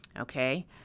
Okay